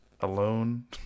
alone